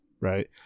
right